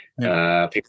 People